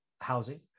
housing